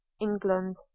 England